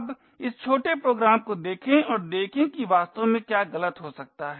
अब हम इस छोटे प्रोग्राम को देखें और देखें कि वास्तव में क्या गलत हो सकता है